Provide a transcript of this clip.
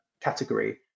category